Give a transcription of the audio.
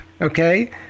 okay